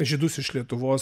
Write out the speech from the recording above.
žydus iš lietuvos